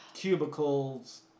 cubicles